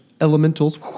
elementals